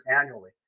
annually